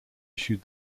issued